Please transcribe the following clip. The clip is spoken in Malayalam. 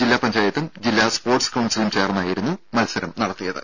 ജില്ലാ പഞ്ചായത്തും ജില്ലാ സ്പോർട്സ് കൌൺസിലും ചേർന്നായിരുന്നു മത്സരം നടത്തിയത്